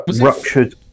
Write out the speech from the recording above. ruptured